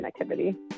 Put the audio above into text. connectivity